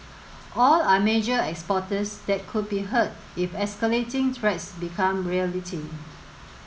all are major exporters that could be hurt if escalating threats become reality